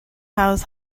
house